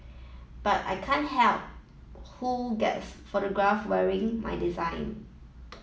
but I can't help who gets photographed wearing my design